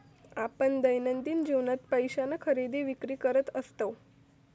आपण दैनंदिन जीवनात पैशान खरेदी विक्री करत असतव